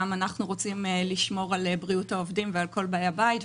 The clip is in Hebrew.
גם אנחנו רוצים לשמור על בריאות העובדים ועל כל באי הבית.